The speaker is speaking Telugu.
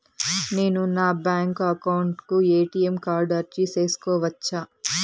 నేను నా బ్యాంకు అకౌంట్ కు ఎ.టి.ఎం కార్డు అర్జీ సేసుకోవచ్చా?